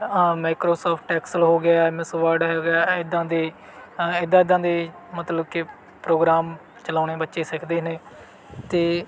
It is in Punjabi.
ਅ ਆਹ ਮਾਈਕਰੋਸੋਫਟ ਐਕਸਲ ਹੋ ਗਿਆ ਐਮ ਐਸ ਵਰਡ ਹੈਗਾ ਇੱਦਾਂ ਦੇ ਇੱਦਾਂ ਇੱਦਾਂ ਦੇ ਮਤਲਬ ਕਿ ਪ੍ਰੋਗਰਾਮ ਚਲਾਉਣੇ ਬੱਚੇ ਸਿੱਖਦੇ ਨੇ ਅਤੇ